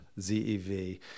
Z-E-V